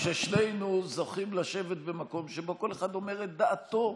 ששנינו זוכים לשבת במקום שבו כל אחד אומר את דעתו,